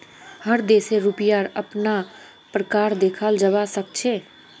हर देशेर रुपयार अपना प्रकार देखाल जवा सक छे